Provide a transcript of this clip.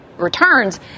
Returns